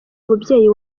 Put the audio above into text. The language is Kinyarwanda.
mubyeyi